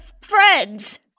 friends